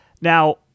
Now